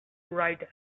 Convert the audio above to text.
write